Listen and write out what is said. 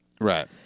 Right